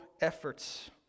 efforts